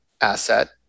asset